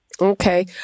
Okay